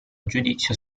giudizio